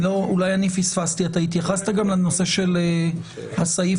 אולי אני פספסתי: התייחסת גם לנושא של הסעיף